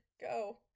go